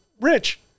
rich